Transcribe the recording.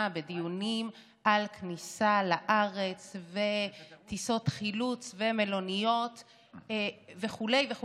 בדיונים על כניסה לארץ וטיסות חילוץ ומלוניות וכו' וכו',